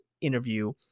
interview